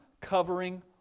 covering